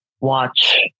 watch